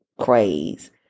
craze